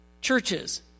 churches